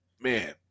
man